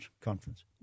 conference